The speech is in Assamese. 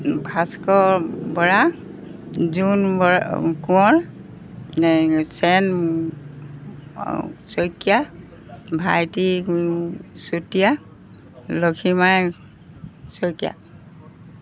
ভাস্কৰ বৰা জোন বৰা কোঁৱৰ এই চেন শইকীয়া ভাইটি চুতীয়া লখিমাই শইকীয়া